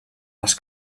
les